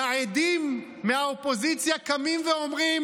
והעדים מהאופוזיציה קמים ואומרים: